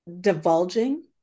divulging